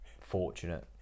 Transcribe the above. fortunate